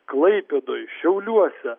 klaipėdoj šiauliuose